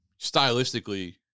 stylistically